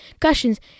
questions